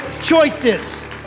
choices